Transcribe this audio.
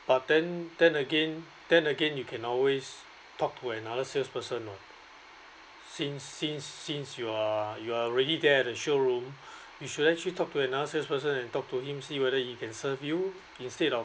but then then again then again you can always talk to another salesperson lor since since since you are you are already there at the showroom you should actually talk to another salesperson and talk to him see whether he can serve you instead of